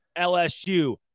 LSU